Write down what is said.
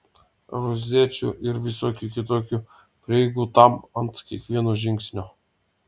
rozečių ir visokių kitokių prieigų tam ant kiekvieno žingsnio